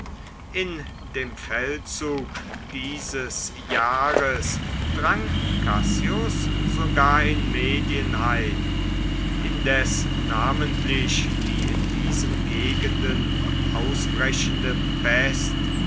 in dem feldzug dieses jahres drang cassius sogar in medien ein indes namentlich die in diesen gegenden ausbrechende pest